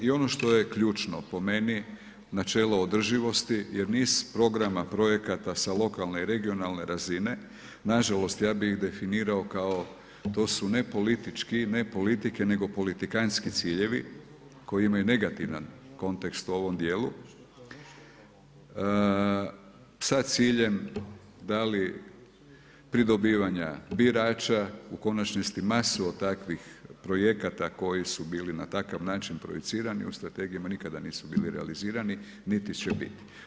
I ono što je ključno po meni načelo održivosti jer niz programa, projekata sa lokalne i regionalne razine nažalost ja bi ih definirao kao to su ne politički, ne politike nego politikantski ciljevi koji imaju negativan kontekst u ovom dijelu sa ciljem da li pridobivanja birača u konačnici masu od takvih projekata koji su bili na takav način projicirani u strategijama nikada nisu bili realizirani niti će biti.